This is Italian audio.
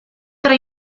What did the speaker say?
tra